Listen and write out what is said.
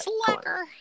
Slacker